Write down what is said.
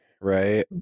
right